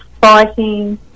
fighting